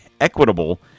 equitable